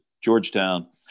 Georgetown